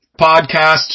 podcast